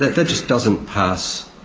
that just doesn't pass